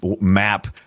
map